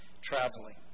traveling